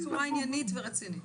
בצורה עניינית ורצינית.